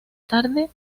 tarde